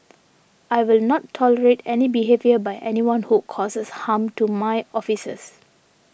I will not tolerate any behaviour by anyone who causes harm to my officers